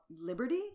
Liberty